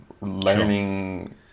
learning